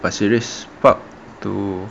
pasir ris park to